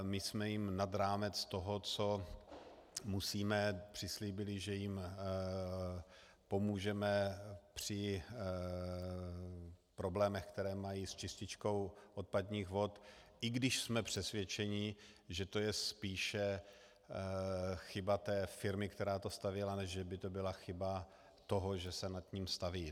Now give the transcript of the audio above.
My jsme jim nad rámec toho, co musíme, přislíbili, že jim pomůžeme při problémech, které mají s čističkou odpadních vod, i když jsme přesvědčeni, že to je spíše chyba firmy, která to stavěla, než že by to byla chyba toho, že se nad tím staví.